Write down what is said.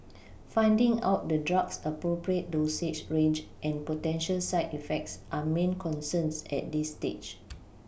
finding out the drug's appropriate dosage range and potential side effects are main concerns at this stage